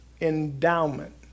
endowment